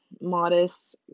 modest